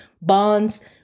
bonds